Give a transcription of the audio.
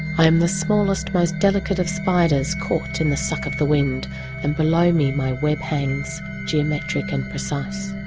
i am the smallest, most delicate of spiders caught in the suck of the wind and below me my web hangs geometric and precise.